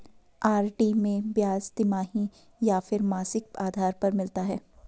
RD में ब्याज तिमाही या फिर मासिक आधार पर मिलता है?